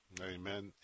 Amen